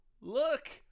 Look